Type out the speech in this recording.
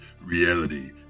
Reality